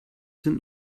sind